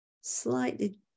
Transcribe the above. slightly